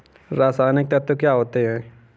रसायनिक तत्व क्या होते हैं?